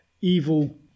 evil